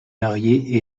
marié